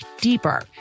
deeper